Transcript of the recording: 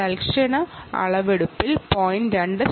instantaneous measurement ചെയ്യുന്ന സമയത്ത് 0